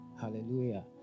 Hallelujah